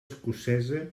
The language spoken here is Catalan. escocesa